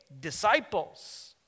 disciples